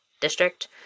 district